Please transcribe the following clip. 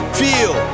feel